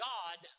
God